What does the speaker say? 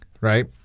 right